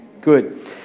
Good